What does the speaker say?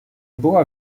była